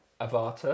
Avatar